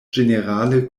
ĝenerale